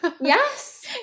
Yes